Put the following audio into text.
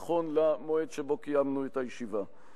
נכון למועד שבו קיימנו את הישיבה.